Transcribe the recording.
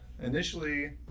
Initially